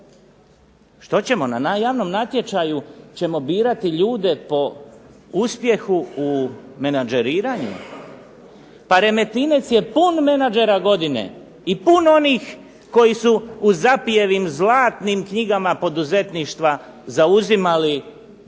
Što ćemo? Na javnom natječaju ćemo birati ljude po uspjehu u menadžeriranju? Pa Remetinec je pun menadžera godine i pun onih koji su u Zapijevim zlatnim knjigama poduzetništva zauzimali visoko